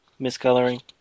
miscoloring